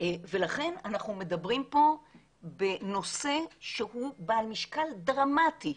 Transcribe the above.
ולכן אנחנו מדברים פה בנושא שהוא בעל משקל דרמטי.